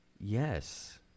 Yes